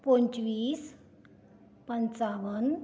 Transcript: पंचवीस पंचावन